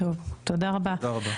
טוב, תודה רבה.